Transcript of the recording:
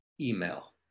Email